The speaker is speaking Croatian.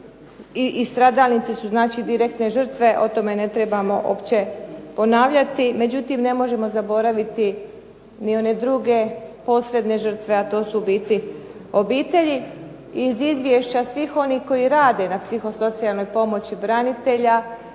i stradalnici su direktne žrtve, o tome uopće ne trebamo ponavljati. Međutim, ne možemo zaboraviti ni one druge posredne žrtve, a to su obitelji. Iz izvješća svih onih koji rade na psiho-socijalnoj pomoći branitelja